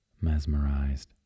mesmerized